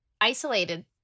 isolated